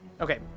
Okay